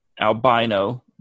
albino